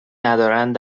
ندارند